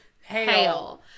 hail